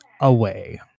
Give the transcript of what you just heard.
away